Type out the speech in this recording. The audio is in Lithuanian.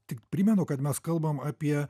tik primenu kad mes kalbam apie